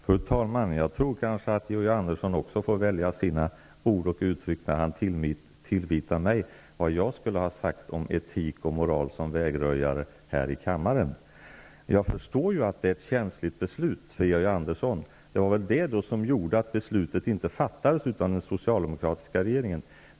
Fru talman! Georg Andersson får också välja sina ord och uttryck när han tillvitar mig vad jag skulle ha sagt om etik och moral som vägröjande här i kammaren. Jag förstår att det var ett känsligt beslut för Georg Andersson, och det var väl det som gjorde att beslutet inte fattades av den socialdemokratiska regeringen.